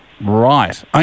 Right